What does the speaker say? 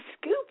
scoop